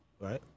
right